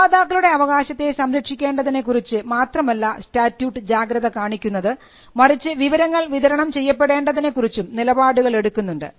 നിർമാതാക്കളുടെ അവകാശത്തെ സംരക്ഷിക്കേണ്ടതിനെക്കുറിച്ച് മാത്രമല്ല സ്റ്റാറ്റ്യൂട്ട് ജാഗ്രത കാണിക്കുന്നത് മറിച്ച് വിവരങ്ങൾ വിതരണം ചെയ്യപ്പെടേണ്ടതിനെക്കുറിച്ചും നിലപാടുകൾ എടുക്കുന്നുണ്ട്